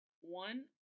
one